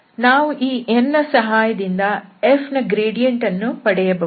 ನಾವು ಈ n ನ ಸಹಾಯದಿಂದ f ನ ಗ್ರೇಡಿಯಂಟ್ ಅನ್ನು ಪಡೆಯಬಹುದು